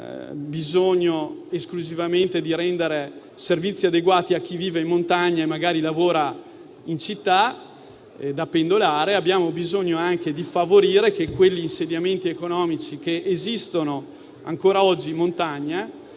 abbiamo bisogno esclusivamente di rendere servizi adeguati a chi vive in montagna e magari lavora in città da pendolare, ma abbiamo bisogno anche di favorire che quegli insediamenti economici che esistono ancora oggi in montagna,